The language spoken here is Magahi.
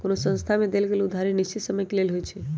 कोनो संस्था से देल गेल उधारी निश्चित समय के लेल होइ छइ